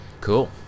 Cool